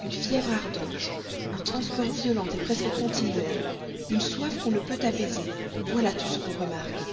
une fièvre ardente un transport violent presque continuel une soif qu'on ne peut apaiser voilà tout ce qu'on remarque